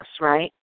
right